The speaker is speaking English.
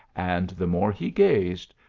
and the more he gazed,